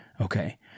okay